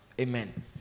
Amen